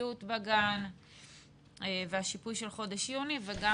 חלקיות בגן והשיפוי של חודש יוני וגם